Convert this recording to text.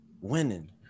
winning